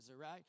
right